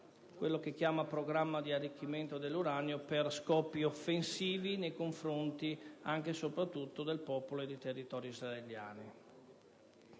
quello che chiama programma di arricchimento dell'uranio per scopi offensivi nei confronti anche, e soprattutto, del popolo e del territorio israeliani.